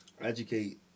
educate